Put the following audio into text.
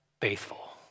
faithful